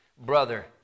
brother